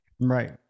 right